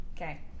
Okay